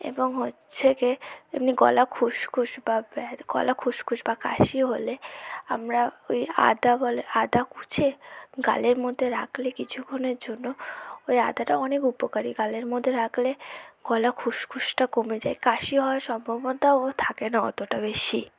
এবং হচ্ছে গে এমনি গলা খুসখুস বা ব্য গলা খুসখুস বা কাশি হলে আমরা ওই আদা বলে আদা কুঁচে গালের মদ্যে রাখলে কিছুখনের জন্য ওই আদাটা অনেক উপকারী গালের মধ্যে রাকলে গলা খুসখুসটা কমে যায় কাশি হওয়ার সম্ভাবনাটাও থাকে না অতটা বেশি